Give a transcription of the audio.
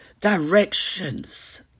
directions